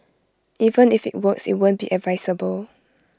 even if IT works IT won't be advisable